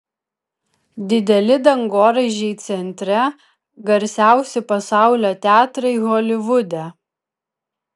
dideli dangoraižiai centre garsiausi pasaulio teatrai holivude